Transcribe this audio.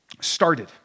started